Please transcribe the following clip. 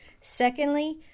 Secondly